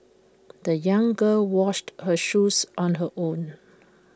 the young girl washed her shoes on her own